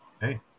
hey